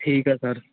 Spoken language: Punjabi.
ਠੀਕ ਆ ਸਰ